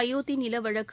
அயோத்தி நில வழக்கு